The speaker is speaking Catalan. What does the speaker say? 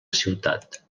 ciutat